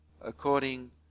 according